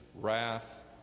wrath